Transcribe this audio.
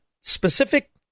specific